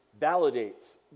validates